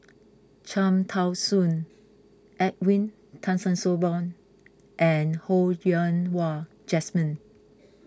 Cham Tao Soon Edwin Tessensohn and Ho Yen Wah Jesmine